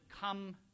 Come